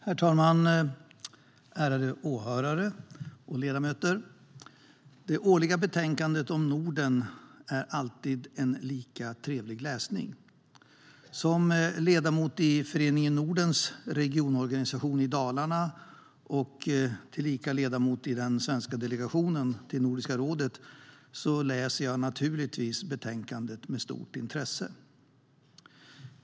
Herr talman och ärade åhörare och ledamöter! Det årliga betänkandet om Norden är alltid en lika trevlig läsning. Som ledamot i Föreningen Nordens regionorganisation i Dalarna tillika ledamot i den svenska delegationen till Nordiska rådet läser jag naturligtvis betänkandet med stort intresse.